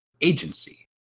agency